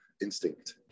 instinct